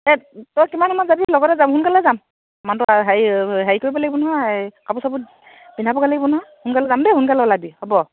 তই কিমান সময়ত যাবি লগতে যাম সোনকালে যাম মানুহটো হেৰি হেৰি কৰিব লাগিব নহয় কাপোৰ চাপোৰ পিন্ধাবগে লাগিব নহয় সোনকালে যাম দেই সোনকালে ওলাবি হ'ব